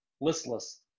Listless